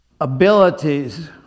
abilities